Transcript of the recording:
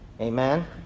Amen